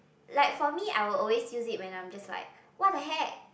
like for me I will always use it when I'm just like what the heck